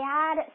add